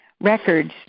records